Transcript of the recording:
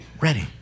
ready